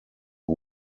who